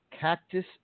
Cactus